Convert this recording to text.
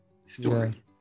story